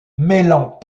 mêlant